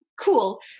cool